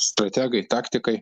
strategai taktikai